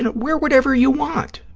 and wear whatever you want.